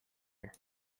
here